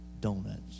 donuts